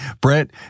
Brett